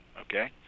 Okay